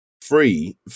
free